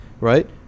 right